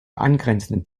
angrenzenden